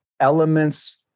elements